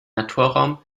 naturraum